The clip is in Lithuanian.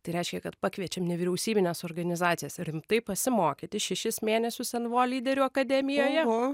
tai reiškia kad pakviečiam nevyriausybines organizacijas rimtai pasimokyti šešis mėnesius nvo lyderių akademijoje